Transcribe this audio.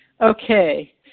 Okay